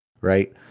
Right